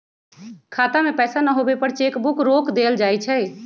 खाता में पैसा न होवे पर चेक भुगतान रोक देयल जा हई